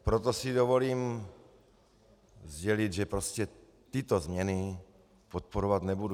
Proto si dovolím sdělit, že prostě tyto změny podporovat nebudu.